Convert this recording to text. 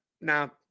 Now